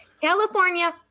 California